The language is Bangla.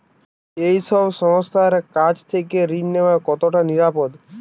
এই সব সংস্থার কাছ থেকে ঋণ নেওয়া কতটা নিরাপদ?